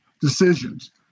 decisions